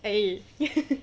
eh